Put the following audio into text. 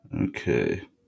Okay